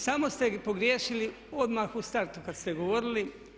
Samo ste pogriješili odmah u startu kad se govorili.